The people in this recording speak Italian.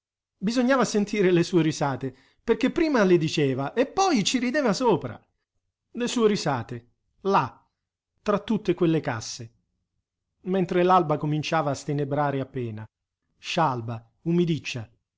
bisognava sentire le sue risate perché prima le diceva e poi ci rideva sopra le sue risate là tra tutte quelle casse mentre l'alba cominciava a stenebrare appena scialba umidiccia